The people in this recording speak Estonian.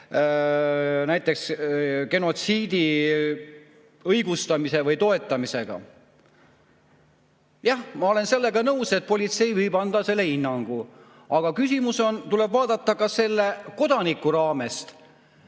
näiteks genotsiidi õigustamise või toetamisega. Jah, ma olen sellega nõus, et politsei võib anda selle hinnangu. Aga küsimus on, et tuleb vaadata ka selle kodaniku